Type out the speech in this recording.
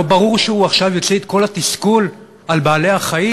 לא ברור שהוא עכשיו יוציא את כל התסכול על בעלי-החיים?